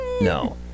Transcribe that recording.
No